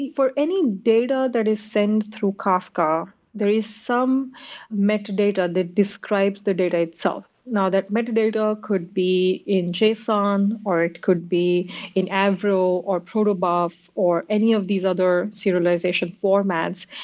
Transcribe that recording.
for any data that is sent through kafka there is some metadata that describes the data itself. now, that metadata could be in json or it could be in avril or protobuf or any of these other serialization formats.